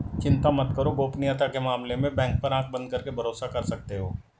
चिंता मत करो, गोपनीयता के मामले में बैंक पर आँख बंद करके भरोसा कर सकते हो